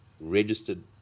registered